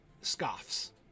scoffs